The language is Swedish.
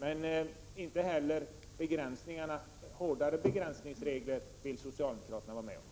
Men inte heller hårdare begränsningsregler vill socialdemokraterna vara med om.